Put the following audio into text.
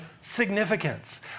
significance